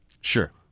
Sure